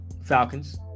Falcons